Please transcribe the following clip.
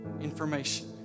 information